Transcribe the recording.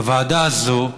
בוועדה הזו,